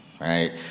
right